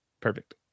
Perfect